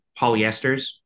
polyesters